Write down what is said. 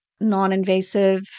non-invasive